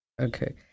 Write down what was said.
Okay